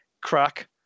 Crack